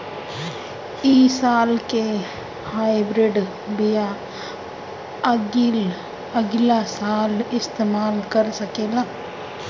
इ साल के हाइब्रिड बीया अगिला साल इस्तेमाल कर सकेला?